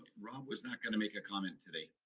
rob was not gonna make a comment today.